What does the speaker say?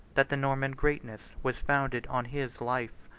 that the norman greatness was founded on his life.